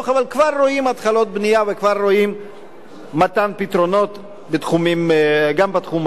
אבל כבר רואים התחלות בנייה וכבר רואים מתן פתרונות גם בתחום הזה.